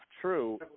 true